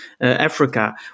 Africa